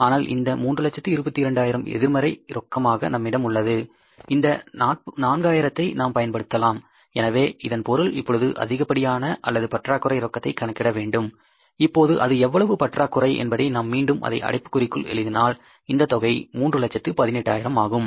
ஆனால் இந்த 322000 எதிர்மறை ரொக்கமாக நம்மிடம் உள்ளது இந்த 4000 ஐ நாம் பயன்படுத்தலாம் எனவே இதன் பொருள் இப்போது அதிகப்படியான பற்றாக்குறை ரொக்கத்தை கணக்கிட வேண்டும் இப்போது அது எவ்வளவு பற்றாக்குறை என்பதை நான் மீண்டும் அதை அடைப்புக்குறிக்குள் எழுதினால் இந்த தொகை 318000 ஆகும்